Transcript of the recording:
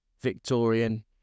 Victorian